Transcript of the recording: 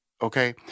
Okay